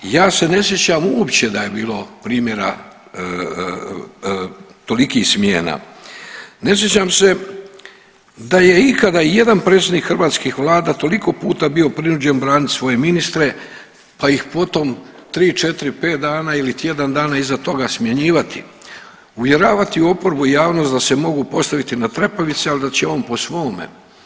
Ja se ne sjećam uopće da je bilo primjera tolikih smjena, ne sjećam se da je ikada ijedan predsjednik hrvatskih vlada toliko puta bio prinuđen branit svoje ministre pa ih potom tri, četri, pet dana ili tjedan dana iza toga smjenjivati, uvjeravati oporbu u javnost da se mogu postaviti na trepavice, ali da će on po svome.